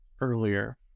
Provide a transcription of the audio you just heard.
earlier